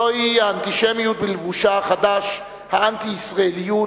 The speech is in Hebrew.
זוהי האנטישמיות בלבושה החדש, האנטי-ישראליות,